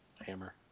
hammer